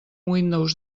windows